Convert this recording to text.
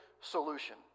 solution